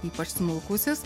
ypač smulkusis